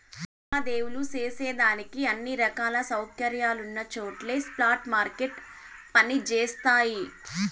లావాదేవీలు సేసేదానికి అన్ని రకాల సౌకర్యాలున్నచోట్నే స్పాట్ మార్కెట్లు పని జేస్తయి